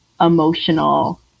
emotional